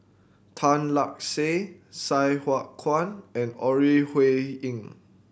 Tan Lark Sye Sai Hua Kuan and Ore Huiying